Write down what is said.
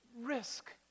Risk